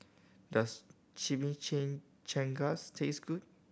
does Chimichangas taste good